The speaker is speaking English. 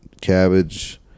Cabbage